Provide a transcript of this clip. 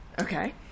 Okay